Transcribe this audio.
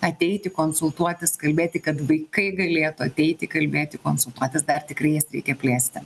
ateiti konsultuotis kalbėti kad vaikai galėtų ateiti kalbėti konsultuotis dar tikrai jas reikia plėsti